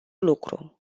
lucru